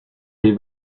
les